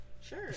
Sure